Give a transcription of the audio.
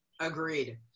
Agreed